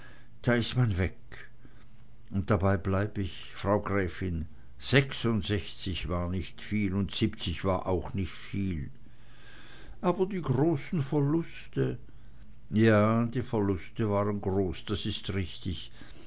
da ist man weg und dabei bleib ich frau gräfin sechsundsechzig war nicht viel und siebzig war auch nicht viel aber die großen verluste ja die verluste waren groß das ist richtig